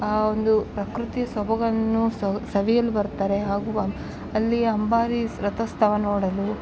ಆ ಒಂದು ಪ್ರಕೃತಿಯ ಸೊಬಗನ್ನು ಸವ್ ಸವಿಯಲು ಬರ್ತಾರೆ ಹಾಗು ಅಲ್ಲಿಯ ಅಂಬಾರಿ ರಥೋತ್ಸವ ನೋಡಲು